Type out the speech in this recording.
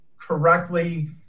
correctly